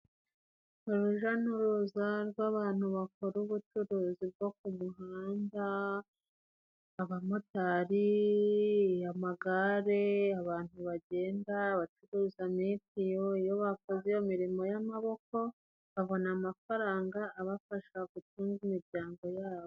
Uruja n'uruza rw'abantu bakora ubucuruzi bwo ku muhanda, abamotari, amagare, abantu bagenda, abacuruza mitiyu, iyo bakoze iyo mirimo y'amaboko, babona amafaranga abafasha gutunga imiryango ya bo.